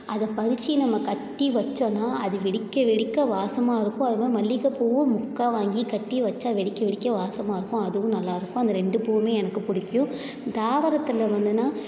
அதை பறித்து நம்ம கட்டி வெச்சோன்னா அது வெடிக்க வெடிக்க வாசமாக இருக்கும் அது மாதிரி மல்லிகைப்பூவும் மொக்காக வாங்கி கட்டி வெச்சா வெடிக்க வெடிக்க வாசமாக இருக்கும் அதுவும் நல்லா இருக்கும் அந்த ரெண்டு பூவுமே எனக்கு பிடிக்கும் தாவரத்தில் வந்துன்னா